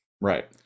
Right